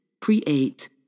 create